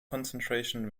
concentration